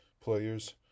players